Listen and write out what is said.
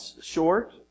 short